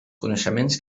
coneixements